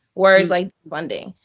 words like defunding.